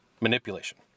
manipulation